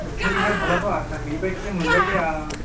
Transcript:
वाइथिं लिस आव थाब्लाथ' आसा गैयै बायदिसो मोनबायलै आं